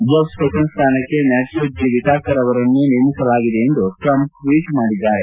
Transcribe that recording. Jeff Sessions ಸ್ಥಾನಕ್ಕೆ Matthew G Whitaker ಅವರನ್ನು ನೇಮಿಸಲಾಗಿದೆ ಎಂದು ಟ್ರಂಪ್ ಟ್ವೀಟ್ ಮಾಡಿದ್ದಾರೆ